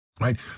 right